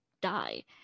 die